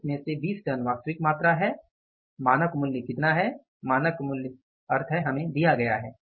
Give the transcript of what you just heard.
30 में से 20 टन वास्तविक मात्रा है मानक मूल्य कितना है मानक मूल्य अब है हमें दिया गया हैं